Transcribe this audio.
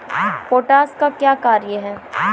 Potash का क्या कार्य हैं?